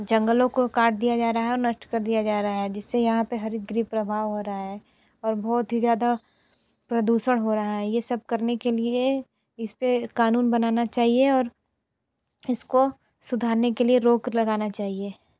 जंगलों को काट दिया जा रहा है और नष्ट कर दिया जा रहा है जिससे यहाँ पे हरित गृह प्रभाव हो रहा है और बहुत ही ज़्यादा प्रदूषण हो रहा है ये सब करने के लिए इसपे कानून बनाना चाहिए और इसको सुधारने के लिए रोक लगाना चाहिए